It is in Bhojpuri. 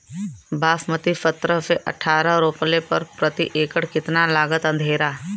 बासमती सत्रह से अठारह रोपले पर प्रति एकड़ कितना लागत अंधेरा?